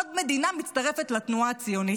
עוד מדינה מצטרפת לתנועה הציונית.